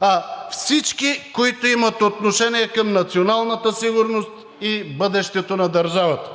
а всички, които имат отношение към националната сигурност и бъдещето на държавата.